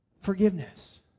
Forgiveness